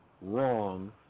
wrong